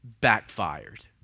backfired